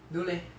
no leh